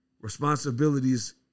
Responsibilities